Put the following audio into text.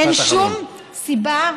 אין שום סיבה,